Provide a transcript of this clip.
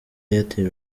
airtel